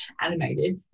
animated